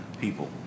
people